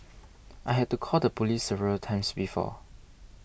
I had to call the police several times before